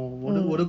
mm